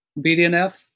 BDNF